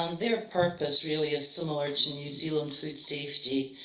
um their purpose really is similar to new zealand food safety,